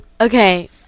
okay